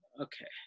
Okay